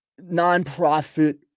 nonprofit